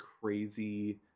crazy